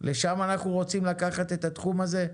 לשם אנחנו רוצים לקחת את התחום הזה?